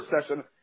session